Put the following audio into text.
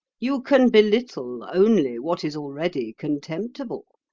you can belittle only what is already contemptible.